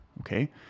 okay